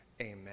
Amen